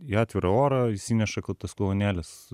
į atvirą orą įsineša tas kolonėles